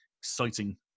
exciting